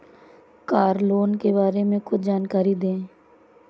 Car loan के बारे में कुछ जानकारी दें?